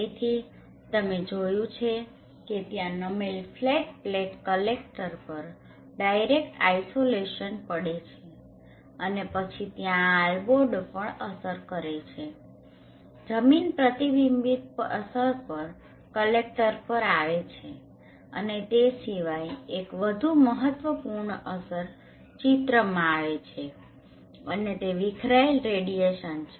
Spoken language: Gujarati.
તેથી તમે જોયું છે કે ત્યાં નમેલ ફ્લેટ પ્લેટ કલેક્ટર પર ડાયરેક્ટ આઇસોલેશન પડે છે અને પછી ત્યાં આ આલ્બેડો અસર પણ છે જમીન પ્રતિબિંબિત અસર પણ કલેક્ટર પર આવે છે અને તે સિવાય એક વધુ મહત્વપૂર્ણ અસર ચિત્રમાં આવે છે અને તે વિખરાયેલ રેડિયેશન છે